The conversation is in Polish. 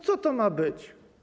Co to ma być?